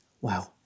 Wow